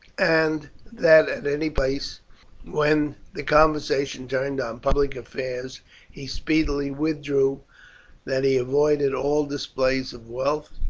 and that at any place when the conversation turned on public affairs he speedily withdrew that he avoided all display of wealth,